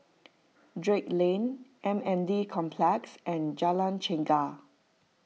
Drake Lane M N D Complex and Jalan Chegar